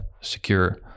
secure